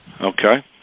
Okay